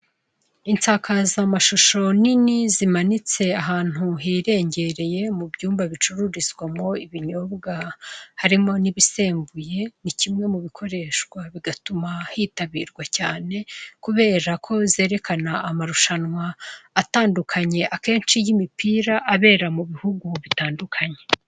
Insakazamashusho nini zimanitse ahantu hirengereye mu ibyumba bicururizamo ibinyobwa harimo n'ibisembuye, ni kimwe mubikoreshwa bigatuma hitabirwa cyane, kubera ko zerekana amarushanwa atandukanye, akenshi y'imipira abera mu bihugu bitandukanye.